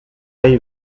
hay